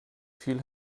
viel